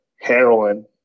heroin